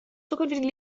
zukünftigen